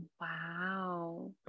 Wow